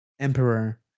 Emperor